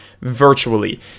virtually